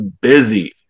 busy